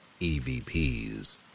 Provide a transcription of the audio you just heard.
EVPs